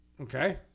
okay